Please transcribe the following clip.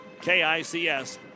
KICS